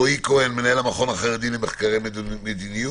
רועי כהן, מנהל המכון החרדי למחקרי מדיניות.